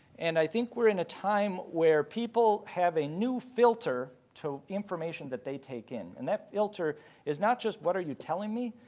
and i think we're in a time where people have a new filter to information that they take in. and that filter is not just what are you telling me,